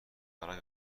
برات